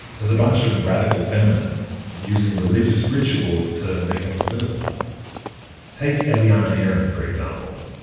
as a bunch of radical feminists using religious ritual to make a political point take eliana aaron, for example.